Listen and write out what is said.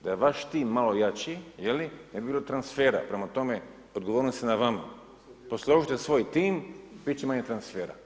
Da je vaš tim malo jači je li ne bi bilo transfera, prema tome odgovornost je na vama, posložite svoj tim bit će manje transfera.